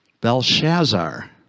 Belshazzar